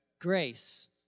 grace